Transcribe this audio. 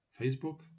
Facebook